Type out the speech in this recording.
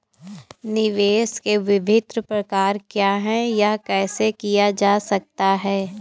निवेश के विभिन्न प्रकार क्या हैं यह कैसे किया जा सकता है?